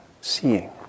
seeing